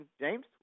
James